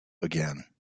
again